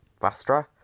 Vastra